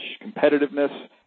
competitiveness